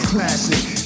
Classic